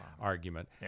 argument